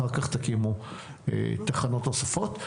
אחר כך תקימו תחנות נוספות,